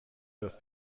dass